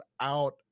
out